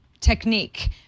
technique